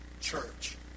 church